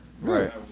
Right